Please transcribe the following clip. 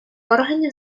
органів